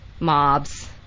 Mobs